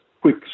quick